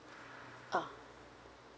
ah